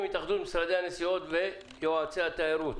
אין הכשרה לסוכני נסיעות וכל התקופה הזאת